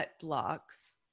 blocks